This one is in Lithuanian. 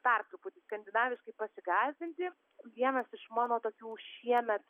dar truputį skandinaviškai pasigąsdinti vienas iš mano tokių šiemet